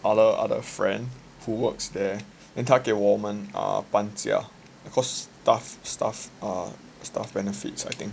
other other friend who works there and 他给我们半价 because staff staff uh staff benefits I think